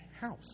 house